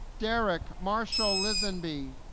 derrick marshall lisanby